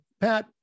Pat